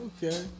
Okay